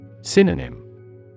Synonym